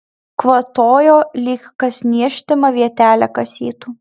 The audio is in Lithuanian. kvatojo lyg kas niežtimą vietelę kasytų